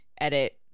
Edit